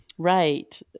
Right